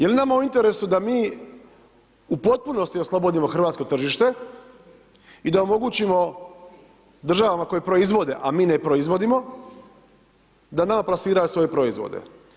Je li nama u interesu da mi u potpunosti oslobodimo hrvatsko tržište i da omogućimo državama koje proizvode, a mi ne proizvodimo da nama plasiraju svoje proizvode?